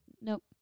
Nope